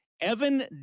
Evan